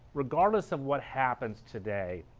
regardless of what happens today,